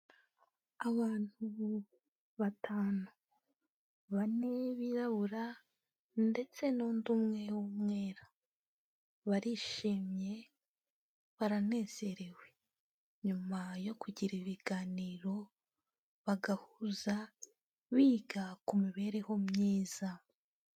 Abantu batanu, bane birabura ndetse n'undi umwe w'umwera, barishimye, baranezerewe, nyuma yo kugira ibiganiro bagahuza biga ku mibereho myiza.